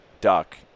duck